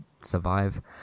survive